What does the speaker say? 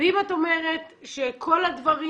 ואם את אומרת שכל הדברים